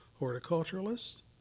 horticulturalist